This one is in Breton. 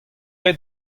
aet